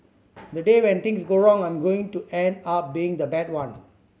the day when things go wrong I'm going to end up being the bad one